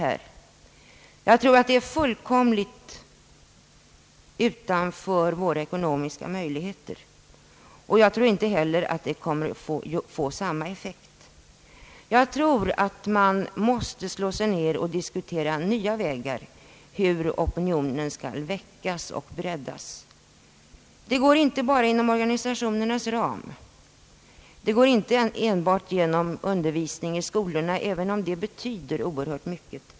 Det ligger fullständigt utanför våra ekonomiska möjligheter. Jag tror inte heller att det komme att få avsedd effekt. Man måste nog slå sig ned och diskutera nya sätt att väcka och bredda opinionen. Det går inte bara inom organisationernas ram, det går inte enbart genom undervisning i skolorna, även om det betyder oerhört mycket.